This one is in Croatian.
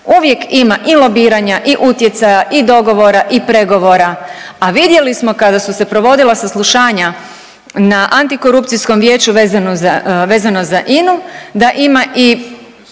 Uvijek ima i lobiranja i utjecaja i dogovora i pregovora, a vidjeli smo kada su se provodila saslušanja na antikorupcijskom vijeću vezano za, vezano